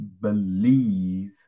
believe